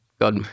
God